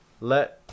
let